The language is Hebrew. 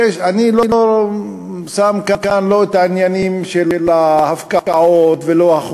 אני לא שם כאן את העניינים לא של ההפקעות ולא את של